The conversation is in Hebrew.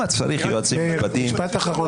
משפט אחרון.